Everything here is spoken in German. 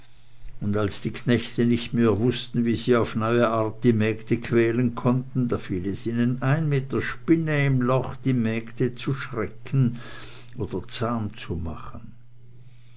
und als die knechte nicht mehr wußten wie sie auf neue art die mägde quälen konnten da fiel es einem ein mit der spinne im loche die mägde zu schrecken oder zahm zu machen